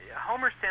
Homer